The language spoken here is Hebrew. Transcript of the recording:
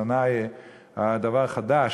הדבר החדש,